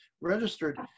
registered